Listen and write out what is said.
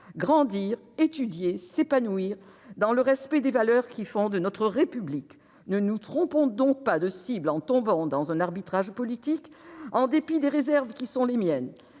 grandir, étudier, s'épanouir dans le respect des valeurs qui fondent notre République. Ne nous trompons donc pas de cible en tombant dans un arbitrage politique ! En dépit des réserves qui sont les miennes